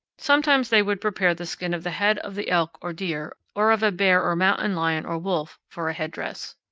sometimes they would prepare the skin of the head of the elk or deer, or of a bear or mountain lion or wolf, for a headdress.